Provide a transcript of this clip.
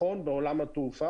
איפה זה עומד?